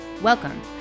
Welcome